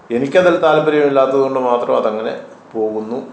എനിക്കതിൽ താത്പര്യമില്ലാത്തതു കൊണ്ടു മാത്രമതങ്ങനെ പോകുന്നു